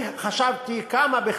אני חשבתי כמה,